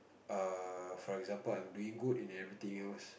err for example I'm doing good in everything else